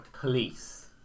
Police